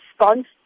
response